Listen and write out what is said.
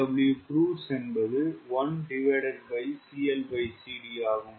TWcruise என்பது 1CLCD ஆகும்